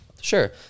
sure